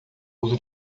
uso